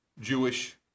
Jewish